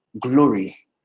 glory